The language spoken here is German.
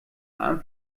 abend